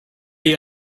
you